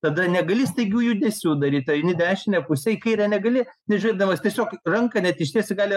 tada negali staigių judesių daryti eini dešine puse kairę negali nežiūrėdamas tiesiog ranką net ištiesi gali